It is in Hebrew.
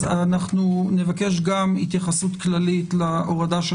אנחנו נבקש גם התייחסות כללית להורדה של